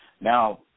Now